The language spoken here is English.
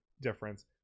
difference